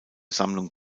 sammlung